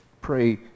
pray